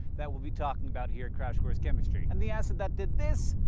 that we'll be talking about here at crash course chemistry. and the acid that did this,